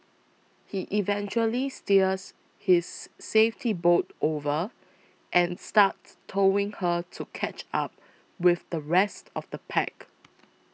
he eventually steers his safety boat over and starts towing her to catch up with the rest of the pack